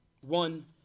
one